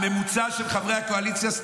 הממוצע של חברי הקואליציה,